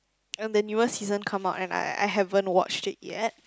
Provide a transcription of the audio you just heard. and the newest season come out and I I haven't watched it yet